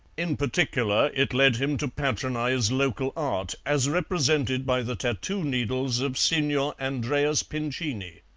in particular it led him to patronize local art as represented by the tattoo-needles of signor andreas pincini.